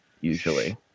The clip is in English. usually